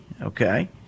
Okay